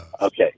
Okay